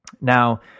Now